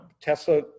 Tesla